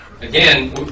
Again